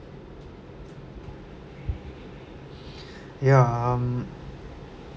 ya um